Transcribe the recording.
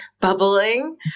bubbling